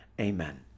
Amen